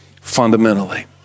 fundamentally